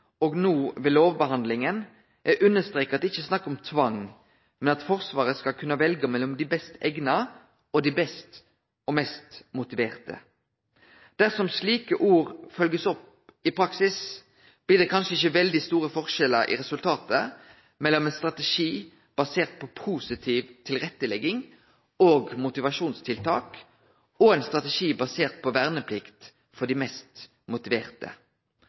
og no ved lovbehandlinga er understreka at det ikkje er snakk om tvang, men om at Forsvaret skal kunne velje mellom dei best eigna og dei best og mest motiverte. Dersom slike ord blir følgde opp i praksis, blir det kanskje ikkje veldig store forskjellar i resultatet mellom ein strategi basert på positiv tilrettelegging og motivasjonstiltak, og ein strategi basert på verneplikt for dei mest motiverte.